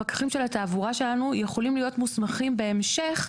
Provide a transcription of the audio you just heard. יכולים להיות מוסמכים בהמשך,